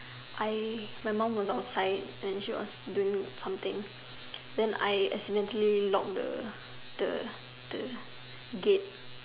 I my mum was outside and she was doing something and I accidentally lock the the the gate